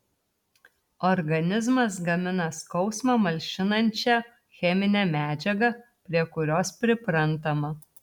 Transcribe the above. organizmas gamina skausmą malšinančią cheminę medžiagą prie kurios priprantama